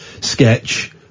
sketch